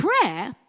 prayer